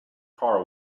car